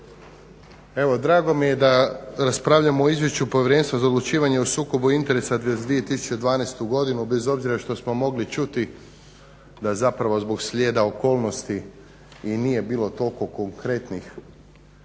Evo drago mi je da raspravljamo o Izvješću Povjerenstva za odlučivanje o sukobu interesa za 2012. godinu, bez obzira što smo mogli čuti da zapravo zbog slijeda okolnosti i nije bilo toliko konkretnih